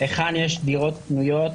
היכן יש דירות פנויות